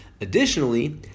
Additionally